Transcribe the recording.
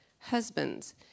Husbands